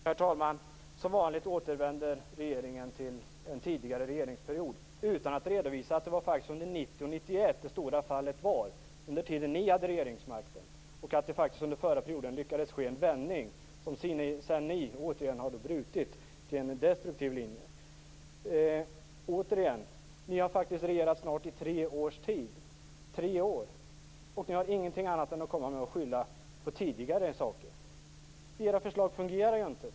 Herr talman! Som vanligt återvänder regeringen till en tidigare regeringsperiod utan att redovisa att det faktiskt var under 1990 och 1991 som det stora fallet inträffade, dvs. under den tid som ni hade regeringsmakten, och att man under den förra perioden lyckades göra en vändning som ni sedan har brutit till en destruktiv linje. Återigen. Ni har faktiskt regerat i snart tre års tid, och ni har inget annat att komma med än att skylla på tidigare händelser. Era förslag fungerar ju inte.